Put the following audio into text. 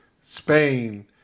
Spain